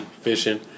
fishing